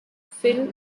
phil